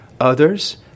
others